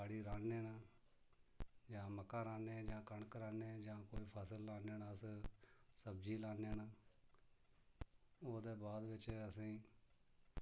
बाड़ी राह्न्ने न जां मक्कां राह्न्ने जां कनक राह्न्ने जां कोई फसल लान्ने न अस सब्ज़ी लान्ने न ओह्दे बाद बिच्च असें गी